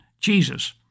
Jesus